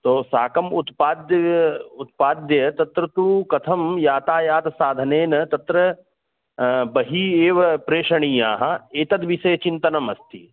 तो शाकम् उत्पाद्य उत्पाद्य तत्र तु कथं यातायातसाधनेन तत्र बहिः एव प्रेषणीयाः एतद् विषये चिन्तनमस्ति